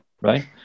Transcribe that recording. right